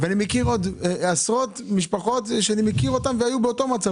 אני מכיר עוד עשרות משפחות שהיו באותו מצב,